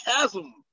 chasm